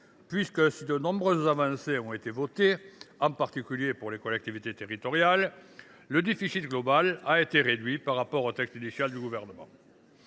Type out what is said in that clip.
texte : si de nombreuses avancées ont été votées, en particulier en faveur des collectivités territoriales, le déficit global, lui, a été réduit par rapport au texte initial du Gouvernement.